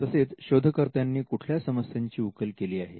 तसेच शोधकर्त्यांनी कुठल्या समस्यांची उकल केली आहे